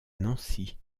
nancy